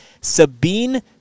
Sabine